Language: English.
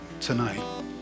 tonight